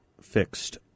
fixed